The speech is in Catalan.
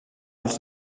els